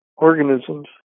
Organisms